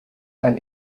and